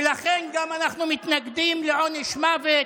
ולכן אנחנו גם מתנגדים לעונש מוות.